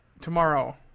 tomorrow